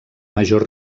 major